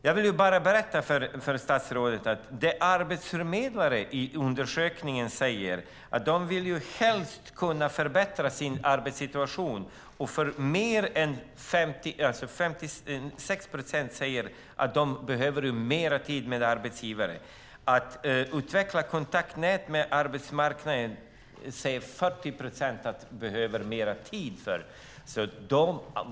Jag vill bara berätta för statsrådet att det arbetsförmedlare säger i undersökningar är att helst vill kunna förbättra sin arbetssituation. 56 procent säger att de behöver mer tid med arbetsgivare. 40 procent säger att de behöver mer tid för att utveckla kontaktnät med arbetsmarknaden.